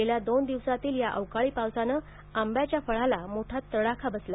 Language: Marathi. गेल्या दोन दिवसातील या अवकाळी पावसाने आंब्याच्या फळाला मोठा तडाखा बसला